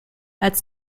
als